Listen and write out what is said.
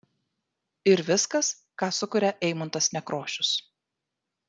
ir viskas ką sukuria eimuntas nekrošius